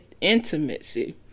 intimacy